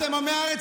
אתם עמי הארץ,